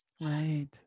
Right